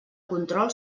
control